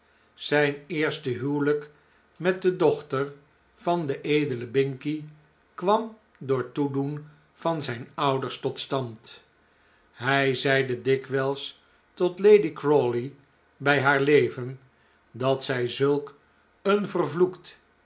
zijn eerste huwelijk met de dochter van den edelen binkie kwam p door toedoen van zijn ouders tot stand hij zeide dikwijls tot lady crawley p p bij haar leven dat zij zulk een